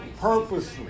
purposely